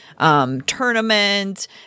tournament